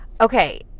Okay